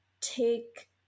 take